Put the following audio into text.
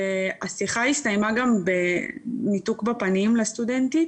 והשיחה הסתיימה גם בניתוק בפנים לסטודנטית,